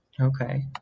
Okay